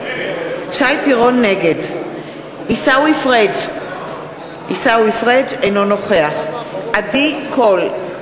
נגד עיסאווי פריג' אינו נוכח עדי קול,